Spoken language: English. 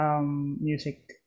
music